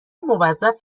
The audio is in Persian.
موظف